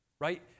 Right